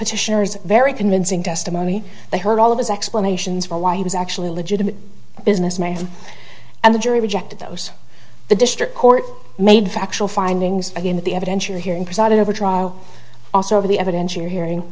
petitioners very convincing testimony they heard all of his explanations for why he was actually a legitimate businessman and the jury rejected those the district court made factual findings again the evidence you're hearing presided over trial also over the evidence we're hearing